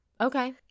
Okay